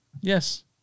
Yes